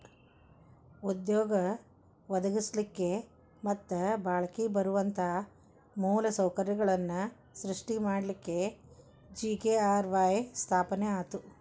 ಉದ್ಯೋಗ ಒದಗಸ್ಲಿಕ್ಕೆ ಮತ್ತ ಬಾಳ್ಕಿ ಬರುವಂತ ಮೂಲ ಸೌಕರ್ಯಗಳನ್ನ ಸೃಷ್ಟಿ ಮಾಡಲಿಕ್ಕೆ ಜಿ.ಕೆ.ಆರ್.ವಾಯ್ ಸ್ಥಾಪನೆ ಆತು